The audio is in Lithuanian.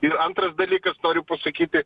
ir antras dalykas noriu pasakyti